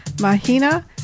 Mahina